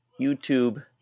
YouTube